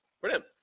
Brilliant